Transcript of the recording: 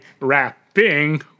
wrapping